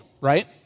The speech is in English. right